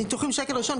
ניתוחים שקל ראשון,